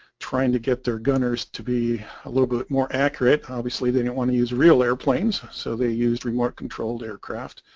trying to get their gunners to be a little bit more accurate obviously they don't want to use real airplanes so they use remote-controlled aircraft,